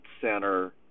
center